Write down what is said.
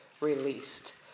released